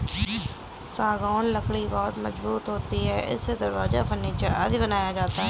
सागौन लकड़ी बहुत मजबूत होती है इससे दरवाजा, फर्नीचर आदि बनाया जाता है